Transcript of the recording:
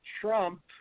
Trump